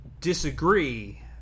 disagree